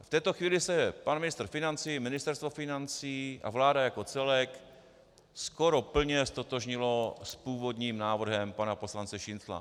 V této chvíli se pan ministr financí i Ministerstvo financí a vláda jako celek skoro plně ztotožnili s původním návrhem pana poslance Šincla.